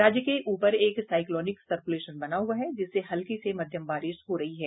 राज्य के ऊपर एक साईक्लोनिक सर्क्लेशन बना हुआ है जिससे हल्की से मध्यम बारिश हो रही है